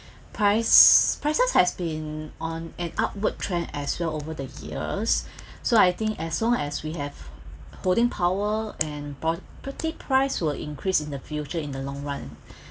price prices has been on an upward trend as well over the years so I think as long as we have holding power and po~ predict price will increase in the future in the long run